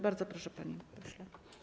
Bardzo proszę, panie pośle.